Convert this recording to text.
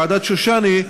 ועדת שושני,